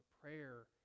prayer